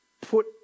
put